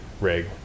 rig